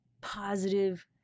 positive